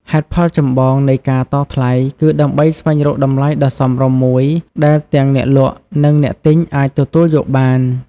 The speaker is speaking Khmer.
ហេតុផលចម្បងនៃការតថ្លៃ គឺដើម្បីស្វែងរកតម្លៃដ៏សមរម្យមួយដែលទាំងអ្នកលក់ និងអ្នកទិញអាចទទួលយកបាន។